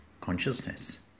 Consciousness